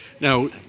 Now